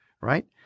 right